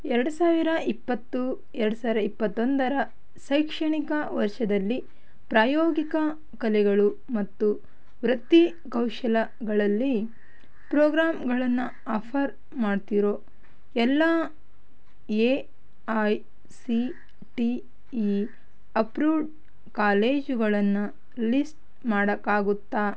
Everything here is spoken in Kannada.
ಎರಡು ಸಾವಿರ ಇಪ್ಪತ್ತು ಎರಡು ಸಾವಿರ ಇಪ್ಪತ್ತೊಂದರ ಶೈಕ್ಷಣಿಕ ವರ್ಷದಲ್ಲಿ ಪ್ರಾಯೋಗಿಕ ಕಲೆಗಳು ಮತ್ತು ವೃತ್ತಿ ಕೌಶಲಗಳಲ್ಲಿ ಪ್ರೋಗ್ರಾಮ್ಗಳನ್ನು ಆಫರ್ ಮಾಡ್ತಿರೋ ಎಲ್ಲ A I C T E approved ಕಾಲೇಜುಗಳನ್ನು ಲಿಸ್ಟ್ ಮಾಡೋಕ್ಕಾಗುತ್ತಾ